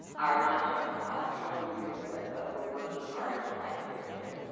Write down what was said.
are not just telling you to do it but we're working hard to try to do it, too.